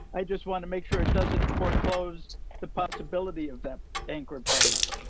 i just want to make sure it doesn't foreclose the possibility of that anchoring partner.